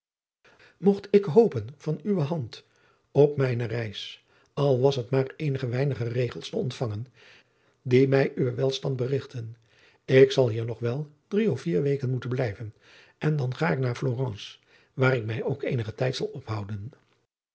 mogt ik hopen van uwe hand op mijne reis al was het maar eenige weinige regels te ontvangen die mij uwen welstand berigtten ik zal hier nog wel drie of vier weken moeten blijven en dan ga ik naar florence waar ik mij ook eenigen tijd zal ophouden